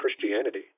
Christianity